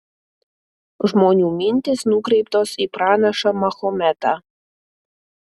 žmonių mintys nukreiptos į pranašą mahometą